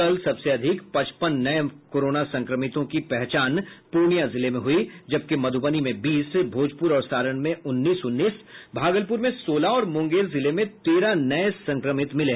कल सबसे अधिक पचपन नये कोरोना संक्रमितों की पहचान पूर्णिया जिले में हुई जबकि मधुबनी में बीस भोजपुर और सारण में उन्नीस उन्नीस भागलपुर में सोलह और मुंगेर जिले में तेरह नये संक्रमित मिलें